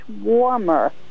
warmer